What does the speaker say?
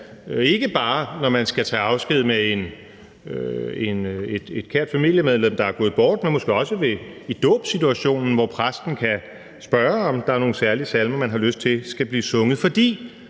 ikke bare når man skal tage afsked med et kært familiemedlem, der er gået bort, men måske også i dåbssituationen, hvor præsten kan spørge, om der er nogen særlige salmer, man har lyst til skal blive sunget, fordi